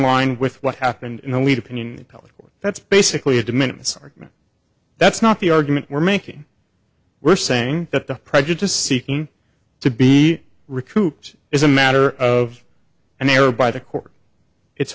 line with what happened in the lead opinion column that's basically a de minimus argument that's not the argument we're making we're saying that the prejudice seeking to be recouped is a matter of and there by the court it's